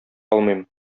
алмыйм